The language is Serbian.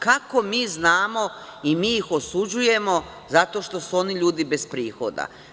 Kako mi znamo i mi ih osuđujemo zato što su oni ljudi bez prihoda?